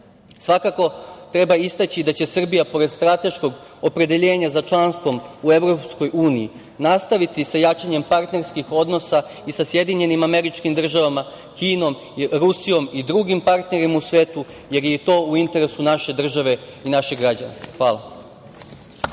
znaju. Svakako, treba istaći da će Srbija, pored strateškog opredeljenja za članstvom u EU, nastaviti sa jačanjem partnerskih odnosa i sa SAD,, Kinom, Rusijom i drugim partnerima u svet, jer je i to u interesu naše države i naših građana. Hvala.